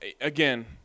again